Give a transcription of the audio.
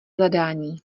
zadání